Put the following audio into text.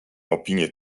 opinię